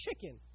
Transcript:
chicken